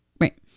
Right